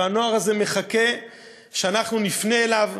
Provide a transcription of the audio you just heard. והנוער הזה מחכה שאנחנו נפנה אליו,